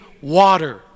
water